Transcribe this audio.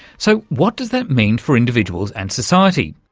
so, what does that mean for individuals and society?